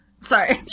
Sorry